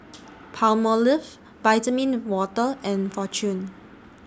Palmolive Vitamin Water and Fortune